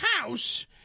house